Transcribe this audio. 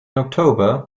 october